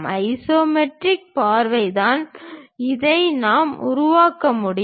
isometric பார்வைதான் இதை நாம் உருவாக்க முடியும்